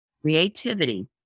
Creativity